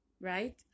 right